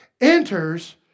enters